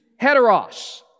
heteros